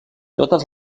totes